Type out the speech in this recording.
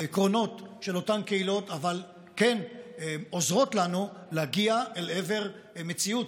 העקרונות של אותן קהילות אבל כן עוזרות לנו להגיע לעבר מציאות,